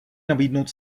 nabídnout